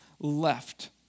left